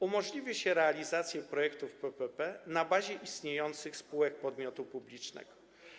Umożliwi się realizację projektów PPP na bazie istniejących spółek podmiotu publicznego.